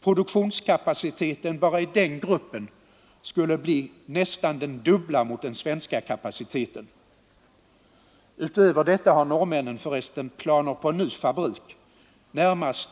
Produktionskapaciteten bara i den gruppen skulle bli nästan den dubbla mot den svenska kapaciteten. Utöver detta har norrmännen planer på en ny fabrik, närmast